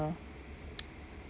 uh